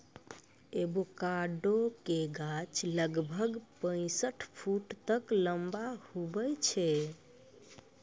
avocado के गाछ लगभग पैंसठ फुट तक लंबा हुवै छै